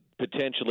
potentially